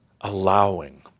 allowing